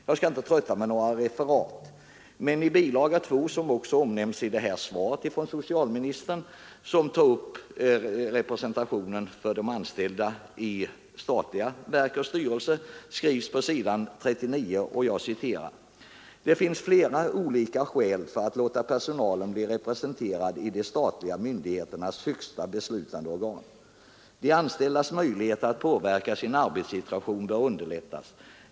Jag skall emellertid inte trötta med några referat av vår motion. ”Det finns flera olika skäl för att låta personalen bli representerad i de statliga myndigheternas högsta beslutande organ. De anställdas möjligheter att påverka sin arbetssituation bör underlättas.